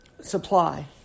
supply